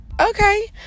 Okay